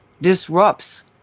disrupts